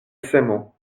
semo